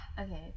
Okay